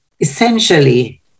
essentially